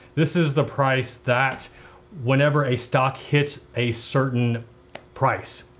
this is the price that whenever a stock hits a certain price,